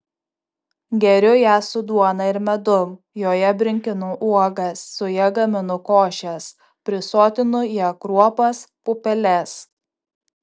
geriu ją su duona ir medum joje brinkinu uogas su ja gaminu košes prisotinu ja kruopas pupeles